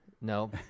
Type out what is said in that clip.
No